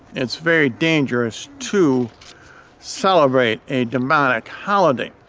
it's very dangerous to celebrate a demonic holiday.